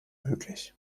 möglich